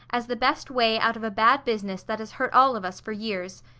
as the best way out of a bad business that has hurt all of us for years,